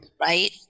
Right